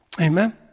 Amen